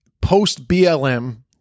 post-BLM